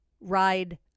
ride